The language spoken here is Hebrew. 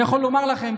ואני יכול לומר לכם,